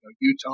Utah